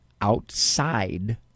outside